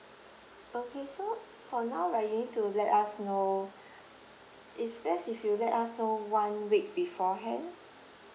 okay so for now right you need to let us know it's best if you let us know one week beforehand